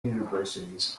universities